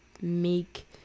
make